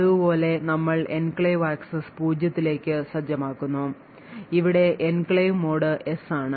പതിവുപോലെ നമ്മൾ enclave access പൂജ്യത്തിലേക്ക് സജ്ജമാക്കുന്നു ഇവിടെ എൻക്ലേവ് മോഡ് yes ആണ്